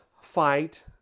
fight